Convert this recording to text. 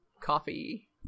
coffee